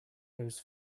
goes